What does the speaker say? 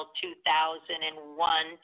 2001